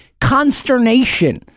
consternation